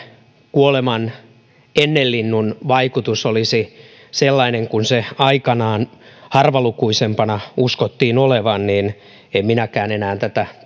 kuolemanennelinnun vaikutus olisi sellainen kuin sen aikanaan harvalukuisempana uskottiin olevan niin en minäkään enää tätä